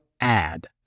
add